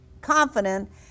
confident